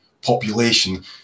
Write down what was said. population